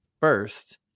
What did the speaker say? first